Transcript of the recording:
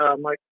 Mike